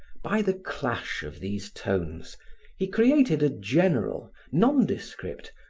by the clash of these tones he created a general, nondescript,